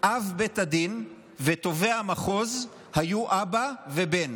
אב בית הדין ותובע המחוז היו אבא ובן.